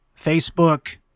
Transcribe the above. Facebook